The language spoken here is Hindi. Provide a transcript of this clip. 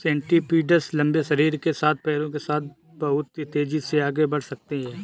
सेंटीपीड्स लंबे शरीर के साथ पैरों के साथ बहुत तेज़ी से आगे बढ़ सकते हैं